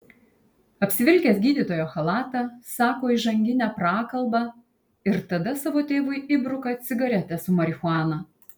apsivilkęs gydytojo chalatą sako įžanginę prakalbą ir tada savo tėvui įbruka cigaretę su marihuana